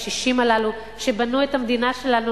לקשישים הללו שבנו את המדינה שלנו,